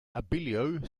abellio